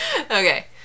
Okay